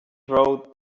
wrote